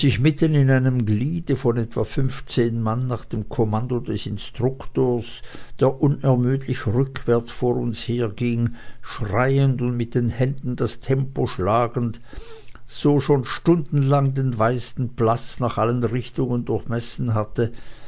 mitten in einem gliede von etwa fünfzehn mann nach dem kommando des instruktors der unermüdlich rückwärts vor uns herging schreiend und mit den händen das tempo schlagend so schon stundenlang den weiten platz nach allen richtungen durchmessen hatte